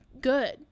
good